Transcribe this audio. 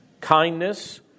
kindness